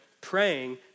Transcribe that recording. praying